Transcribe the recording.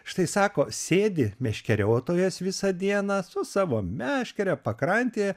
štai sako sėdi meškeriotojas visą dieną su savo meškere pakrantėje